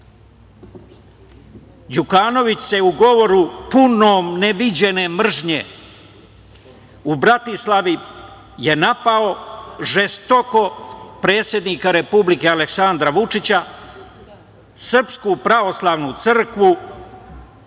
Đukanović je u govoru punom neviđene mržnje u Bratislavi napao žestoko predsednika Republike Aleksandra Vučića, SPC, državu Srbiju